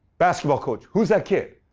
basketball coach. who's that kid?